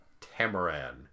Tamaran